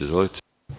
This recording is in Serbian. Izvolite.